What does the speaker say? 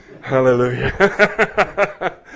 Hallelujah